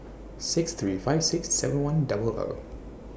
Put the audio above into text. six three five six seven one double O